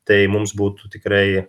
tai mums būtų tikrai